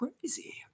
crazy